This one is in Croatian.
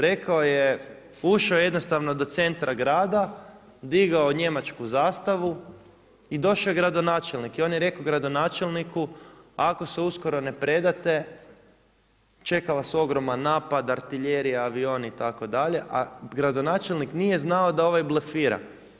Rekao je, ušao je jednostavno do centra grada, digao njemačku zastavu, i došao je gradonačelnik i on je rekao gradonačelniku ako se uskoro ne predate, čeka vas ogroman napad, artiljerija, avioni itd., a gradonačelnik nije znao da ovaj blefira.